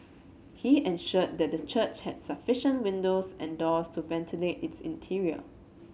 he ensured that the church has sufficient windows and doors to ventilate its interior